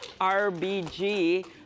RBG